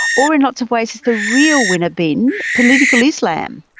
or in lots of ways has the real winner been political islam?